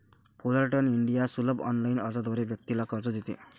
Fullerton India सुलभ online अर्जाद्वारे व्यक्तीला कर्ज देते